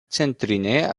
centrinėje